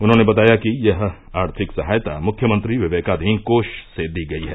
उन्होंने बताया कि यह आर्थिक सहायता मुख्यमंत्री विवेकाधीन कोष से दी गयी है